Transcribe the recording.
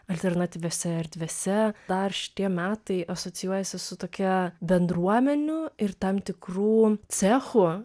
alternatyviose erdvėse dar šitie metai asocijuojasi su tokia bendruomenių ir tam tikrų cechų